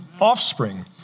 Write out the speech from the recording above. offspring